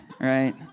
Right